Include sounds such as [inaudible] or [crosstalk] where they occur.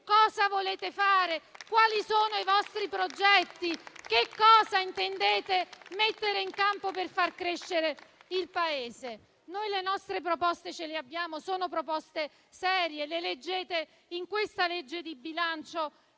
cosa volete fare? Quali sono i vostri progetti? [applause] Che cosa intendete mettere in campo per far crescere il Paese? Noi le nostre proposte le abbiamo, sono proposte serie, le leggete in questo disegno di legge di bilancio